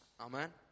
Amen